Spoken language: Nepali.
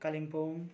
कालिम्पोङ